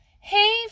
hey